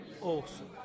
awesome